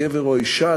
גבר או אישה,